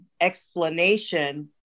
explanation